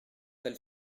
elles